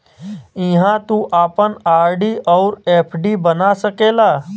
इहाँ तू आपन आर.डी अउर एफ.डी बना सकेला